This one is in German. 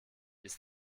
ist